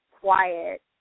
quiet